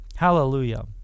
Hallelujah